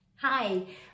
Hi